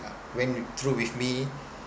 went through with me